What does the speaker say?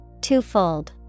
twofold